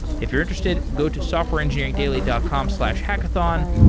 if you're interested, go to softwareengineeringdaily dot com slash hackathon,